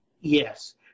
Yes